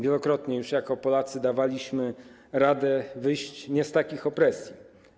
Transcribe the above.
Wielokrotnie już jako Polacy dawaliśmy radę wyjść nie z takich opresji.